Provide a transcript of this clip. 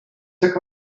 took